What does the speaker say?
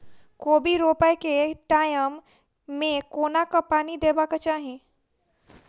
कोबी रोपय केँ टायम मे कोना कऽ पानि देबाक चही?